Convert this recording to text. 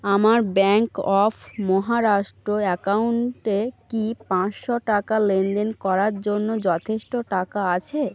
আমার bank of Maharashtra অ্যাকাউন্টে কি পাঁচশো টাকা লেনদেন করার জন্য যথেষ্ট টাকা আছে